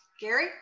Gary